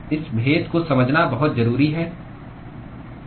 इस भेद को समझना बहुत जरूरी है